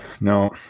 No